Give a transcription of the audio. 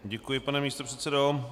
Děkuji, pane místopředsedo.